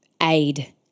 aid